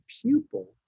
pupil